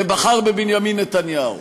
ובחר בבנימין נתניהו.